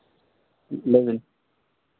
ᱞᱟᱹᱭᱵᱤᱱ